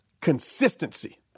Consistency